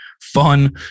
fun